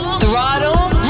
throttle